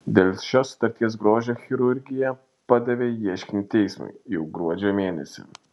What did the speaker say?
dėl šios sutarties grožio chirurgija padavė ieškinį teismui jau gruodžio mėnesį